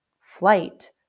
flight